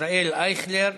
ישראל אייכלר,